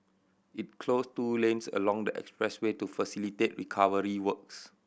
it closed two lanes along the expressway to facilitate recovery works